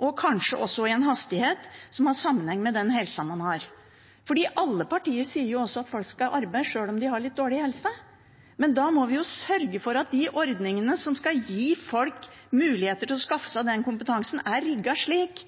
og kanskje også i en hastighet som har sammenheng med den helsa man har. For alle sier også at folk skal arbeide sjøl om de har litt dårlig helse. Men da må vi jo sørge for at de ordningene som skal gi folk muligheter til å skaffe seg kompetanse, er rigget slik